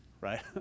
right